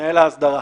מנהל האסדרה.